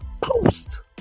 post